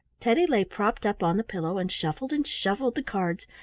teddy lay propped up on the pillow and shuffled and shuffled the cards,